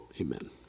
Amen